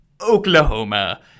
Oklahoma